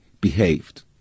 behaved